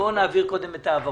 אנחנו נעביר היום את ההעברות,